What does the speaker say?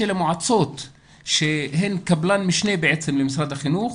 למועצות שהן קבלן משנה בעצם למשרד החינוך.